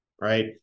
right